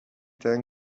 ترین